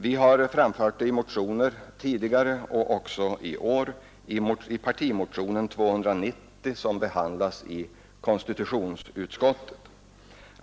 Vi har också tidigare redovisat den i motioner. I år har vi lagt fram dessa principer i partimotionen 290, som behandlats av konstitutionsutskottet.